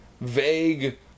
vague